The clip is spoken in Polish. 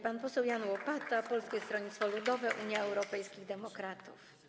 Pan poseł Jan Łopata, Polskie Stronnictwo Ludowe - Unia Europejskich Demokratów.